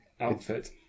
outfit